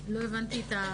לא הבנתי,